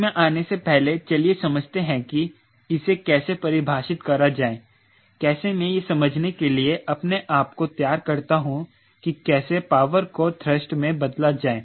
इसमें आने से पहले चलिए समझते हैं कि इसे कैसे परिभाषित करा जाए कैसे मैं यह समझने के लिए अपने आप को तैयार करता हूं कि कैसे पावर को थ्रस्ट मैं बदला जाए